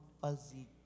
fuzzy